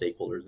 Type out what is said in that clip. stakeholders